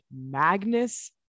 Magnus